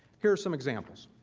here's some examples.